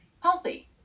healthy